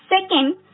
Second